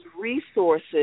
resources